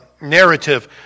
narrative